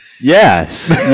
Yes